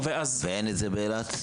ואין את זה ביוספטל באילת?